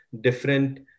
different